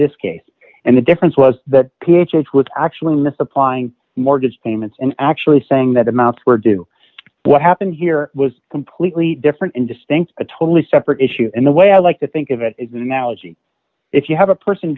this case and the difference was that ph was actually misapplying mortgage payments and actually saying that amounts were due what happened here was completely different and distinct a totally separate issue and the way i like to think of it is an analogy if you have a person